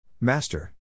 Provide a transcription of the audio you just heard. Master